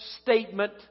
statement